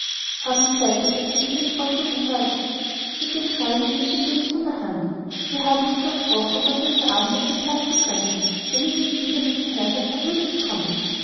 haben's seitdem etwas von dem fröschel gehört mit dem schreiben geht's dem bös von der hand wir haben uns versprochen daß wir uns abends auf dem platzl treffen wenn ich jetzt wieder mit der herrschaft nach münchen komme